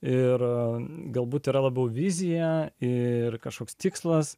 ir galbūt yra labiau vizija ir kažkoks tikslas